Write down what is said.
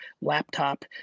laptop